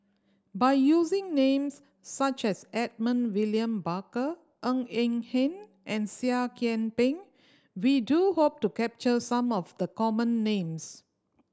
by using names such as Edmund William Barker Ng Eng Hen and Seah Kian Peng we do hope to capture some of the common names